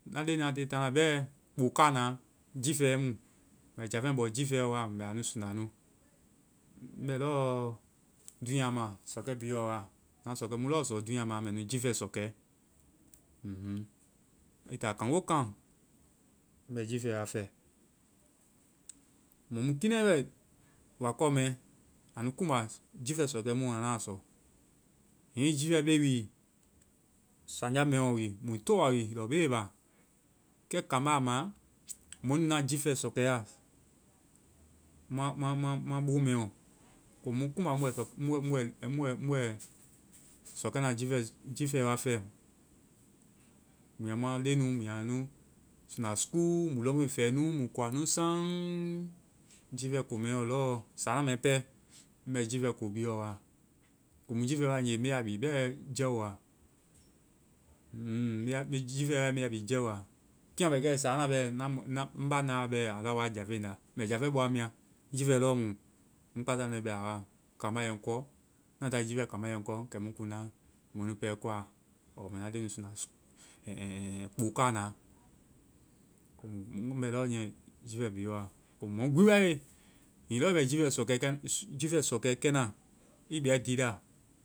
Na leŋnua tiie taa na bɛ kpokanaa, jiifɛ mu. Mɛ jaafɛŋ bɔ jiifɛ ɔɔ wa mɛ a nu suŋda nu. Ŋ bɛ lɔɔ dúunya ma, sɔkɛ bi yɔ wa. Na sɔkɛ mu lɔɔ sɔ dúunya ma, a mɛ nu, jiifɛ sɔkɛ. Um hm i táa kaŋngokaŋ, ŋ bɛ jiifɛ wa fɛ. Mɔ mu kinɛi bɛ wakɔ mɛ, anu kuŋmba, jiifɛ sɔkɛ mu anda sɔ. Hiŋi jiifɛ be wi saŋja mɛ ɔ wi, mui tɔa wi lɔbei ba. Kɛ kambá ma, mɔnu na jiifɛ sɔkɛ a mua, mua, mua bo mɛ ɔ. Komu mu kumba mu bɛ sɔkɛna jiifɛ wa fɛ. Mua ma-leŋnu mua nu sunda school mui lɔŋfeŋ fɛ nu, mui kua nu saŋ jiifɛ ko mɛɔ lɔɔ. Sáana mɛ pɛ, ŋ bɛ jiifɛ ko bi yɔ wa. Komu jiifɛ wae nge, mbe a bhii bɛ jɛwwo a. Hmmm. jiifɛ wae, me a bi jɛɛwo a. Kimu a bɛ kɛ sáana bɛ, ŋ ba na bɛ. Alɔ a woa jaafeŋ la. Mɛ jaafeŋ bɔa mia? Jiifɛ lɔ mu. Ŋ kpasaŋne bɛ a wa. Kambá yɛ ŋ kɔ. Na taae jiifɛ kambá yɛ ŋ kɔ kɛmu ŋ kuŋ na. Mɔnu pȧ koa, ɔɔ mɛ na leŋnu sunda ɛnh, ɛnh, ɛnh, kpokaana. Komu mu bɛ lɔɔ niiyɛ jiifɛ bi wa. Komu mɔ gbi wae, hiŋi lɔɔ i bɛ jiifɛ sɔkɛ-kɛna, i bia i di la.